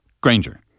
Granger